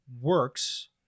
works